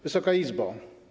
Wysoka Izbo!